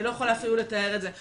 אני לא יכולה אפילו לתאר את זה.